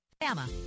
FAMA